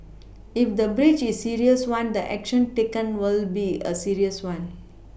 if the breach is a serious one the action taken will be a serious one